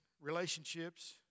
relationships